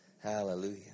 Hallelujah